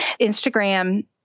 Instagram